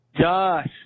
Josh